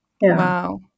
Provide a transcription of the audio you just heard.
wow